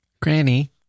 Granny